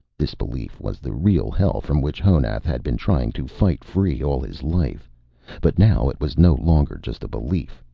this belief was the real hell from which honath had been trying to fight free all his life but now it was no longer just a belief.